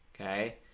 okay